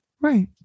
Right